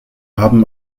haben